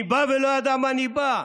ניבא ולא ידע מה ניבא.